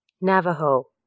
Navajo